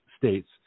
states